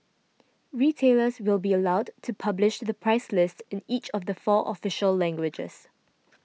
retailers will be allowed to publish the price list in each of the four official languages